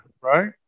right